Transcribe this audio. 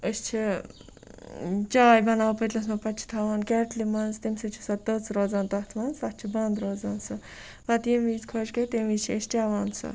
أسۍ چھِ چاے بَناوان پٔتلَس مَنٛز پَتہِ چھِ تھاوان کیٚٹلہِ مَنٛز تمہِ سۭتۍ چھِ سۄ تٔژ روزان تَتھ مَنٛزتَتھ چھُ بَنٛد روزان سُہ پَتہٕ یمہِ وِز خۄش گَژھِ تمہِ وِز چھِ چٮ۪وان سۄ